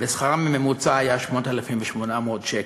ושכרם הממוצע היה 8,800 שקל,